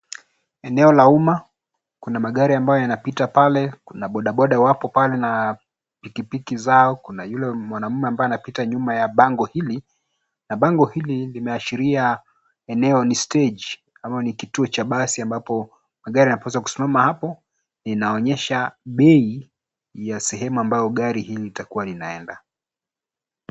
Eneo la umma, kuna magari ambayo yanapita pale kuna bodaboda wapo pale na pikipiki zao kuna yule mwanaume ambaye anapita nyuma ya bango hili, na bango hili limeasihiria eneo ni stage ama ni kituo cha basi ambapo magari yanapaswa kusimama hapo, inaonyesha bei ya sehemu ambayo gari hili litakua linaenda.